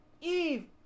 Eve